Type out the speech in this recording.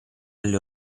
alle